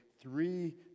three